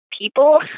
people